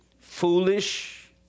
foolish